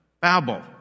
Babel